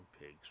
pigs